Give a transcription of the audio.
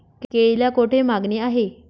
केळीला कोठे मागणी आहे?